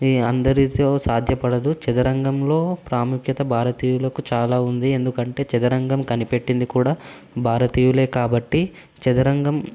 ఇది అందరితో సాధ్యపడదు చదరంగంలో ప్రాముఖ్యత భారతీయులకు చాలా ఉంది ఎందుకంటే చదరంగం కనిపెట్టింది కూడా భారతీయులు కాబట్టి చదరంగం